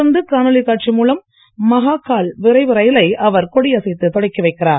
தொடர்ந்து காணொலி காட்சி மூலம் மஹாகாள் விரைவு ரயிலை அவர் கொடியசைத்து தொடக்கி வைக்கிறார்